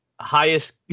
highest